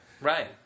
Right